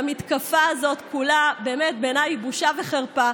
והמתקפה הזאת כולה באמת, בעיניי, היא בושה וחרפה.